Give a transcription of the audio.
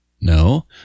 No